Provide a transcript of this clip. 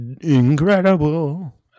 incredible